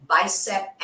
bicep